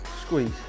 squeeze